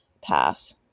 pass